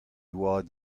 oad